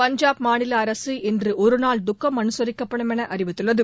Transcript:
பஞ்சாப் மாநில அரசு இன்று ஒரு நாள் துக்கம் அனுசரிக்கப்படும் என அறிவித்துள்ளது